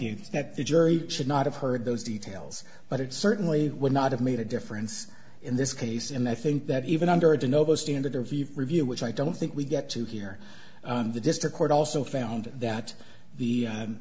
you that the jury should not have heard those details but it certainly would not have made a difference in this case and i think that even under a dyno standard of your review which i don't think we get to hear the district court also found that the